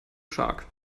shark